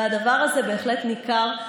והדבר הזה בהחלט ניכר.